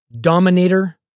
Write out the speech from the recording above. dominator